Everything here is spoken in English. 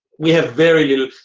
we have very little,